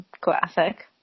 Classic